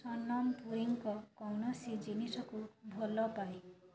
ସନମ ପୁରୀଙ୍କ କୌଣସି ଜିନିଷକୁ ଭଲପାଏ